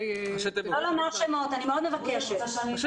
לא לומר שמות, אני מאוד מבקשת.